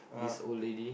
(uh huh)